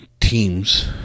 teams